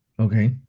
Okay